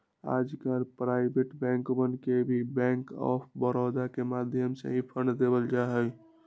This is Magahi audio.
आजकल प्राइवेट बैंकवन के भी बैंक आफ बडौदा के माध्यम से ही फंड देवल जाहई